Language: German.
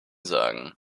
sagen